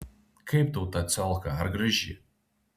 kaip tau ta ciolka ar graži